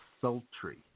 sultry